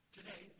Today